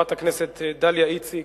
חברת הכנסת דליה איציק.